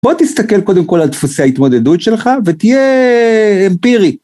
בוא תסתכל קודם כל על דפוסי ההתמודדות שלך ותהיה אמפירי.